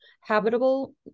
habitable